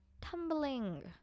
tumbling